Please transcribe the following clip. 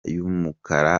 y’umukara